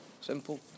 Simple